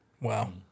Wow